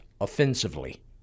offensively